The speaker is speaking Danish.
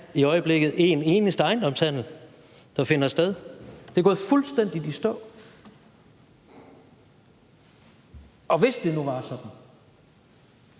Der er ikke en eneste ejendomshandel, der finder sted. Det er gået fuldstændig i stå. Og hvis det nu var sådan,